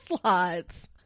slots